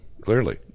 Clearly